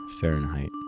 Fahrenheit